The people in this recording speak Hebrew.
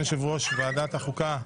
בקשת יושב ראש ועדת החוקה,